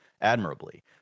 admirably